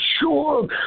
sure